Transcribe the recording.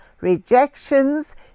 rejections